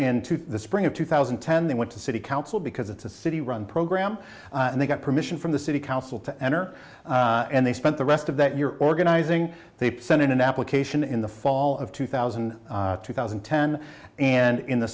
into the spring of two thousand and ten they went to city council because it's a city run program and they got permission from the city council to enter and they spent the rest of that your organizing they sent in an application in the fall of two thousand and two thousand and ten and in the